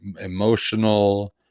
emotional